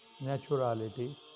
naturality